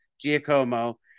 Giacomo